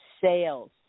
sales